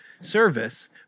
service